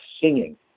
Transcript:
singing